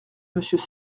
monsieur